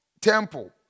temple